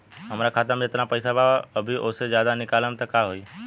हमरा खाता मे जेतना पईसा बा अभीओसे ज्यादा निकालेम त का होई?